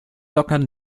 lockern